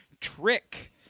trick